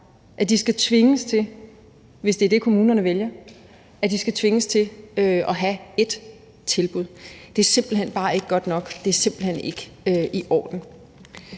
at de skal tvinges til – hvis det er det, kommunerne vælger – at have et tilbud. Det er simpelt hen bare ikke godt nok, det er simpelt hen ikke i orden.